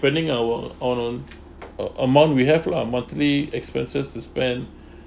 planning our on on uh amount we have lah monthly expenses to spend